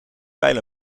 pijl